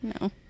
no